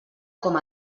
com